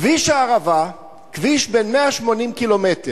כביש הערבה, כביש בן 180 ק"מ,